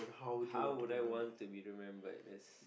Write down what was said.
how would I want to be remembered as